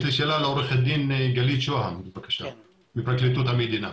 יש לי שאלה לעורכת הדין גלית שוהם מפרקליטות המדינה.